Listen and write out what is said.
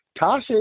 Tasha